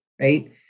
Right